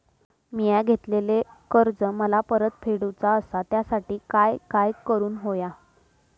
मिया घेतलेले कर्ज मला परत फेडूचा असा त्यासाठी काय काय करून होया?